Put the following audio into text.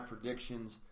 predictions